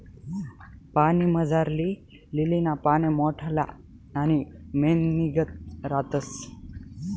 पाणीमझारली लीलीना पाने मोठल्ला आणि मेणनीगत रातस